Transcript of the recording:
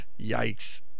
Yikes